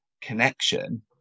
connection